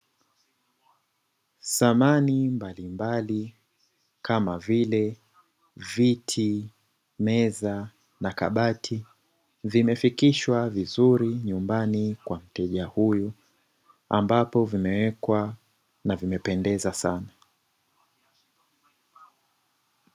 Thamani mbalimbali kama vile; viti, meza na kabati vimefikishwa vizuri nyumbani kwa mteja huyu ambapo vimewekwa na vimependeza sana.